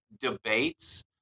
debates